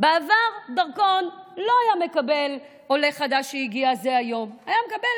בעבר עולה חדש שהגיע אך היום לא היה מקבל דרכון,